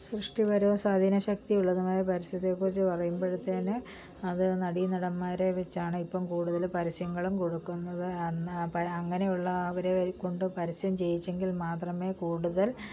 സൃഷ്ടിപരവും സ്വാധീന ശക്തിയുള്ളതുമായ പരസ്യത്തെക്കുറിച്ചു പറയുമ്പോഴത്തേക്ക് അത് നടീ നടന്മാരെ വച്ചാണ് ഇപ്പം കൂടുതൽ പരസ്യങ്ങളും കൊടുക്കുന്നത് അന്ന് അപ്പം അങ്ങനെയുള്ള അവരെക്കൊണ്ട് പരസ്യം ചെയ്യിച്ചെങ്കിൽ മാത്രമേ കൂടുതൽ